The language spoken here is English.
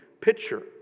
picture